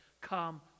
come